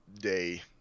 day